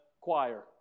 choir